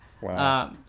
Wow